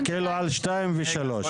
על 2 ו-3.